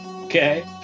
Okay